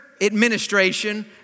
administration